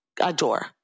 adore